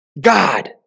God